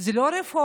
זה לא רפורמה,